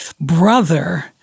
brother